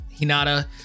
hinata